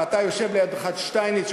ויושב לידך שטייניץ,